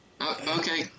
Okay